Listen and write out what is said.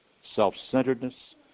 self-centeredness